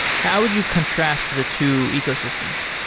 how would you contrast the two ecosystems?